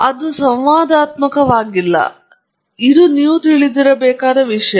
ಆದ್ದರಿಂದ ಅದು ಸಂವಾದಾತ್ಮಕವಾಗಿಲ್ಲ ಅದು ನೀವು ತಿಳಿದಿರಬೇಕಾದ ವಿಷಯ